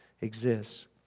exists